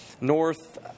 North –